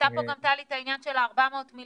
העלתה פה גם טלי את העניין של 400 מיליון